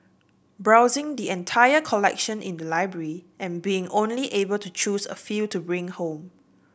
browsing the entire collection in the library and being only able to choose a few to bring home